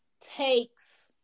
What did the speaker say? takes